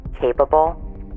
capable